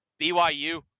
BYU